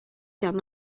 down